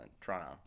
Toronto